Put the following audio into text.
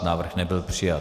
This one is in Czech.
Návrh nebyl přijat.